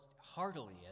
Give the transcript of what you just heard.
heartily